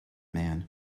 man